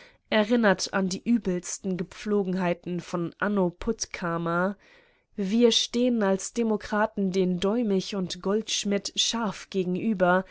erinnert an die übelsten gepflogenheiten von anno puttkamer wir stehen als demokraten den däumig und goldschmidt scharf gegenüber